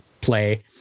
play